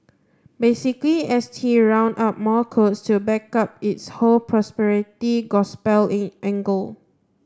basically S T rounded up more quotes to back up its whole prosperity gospel in angle